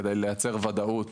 כדי לייצר וודאות